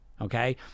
Okay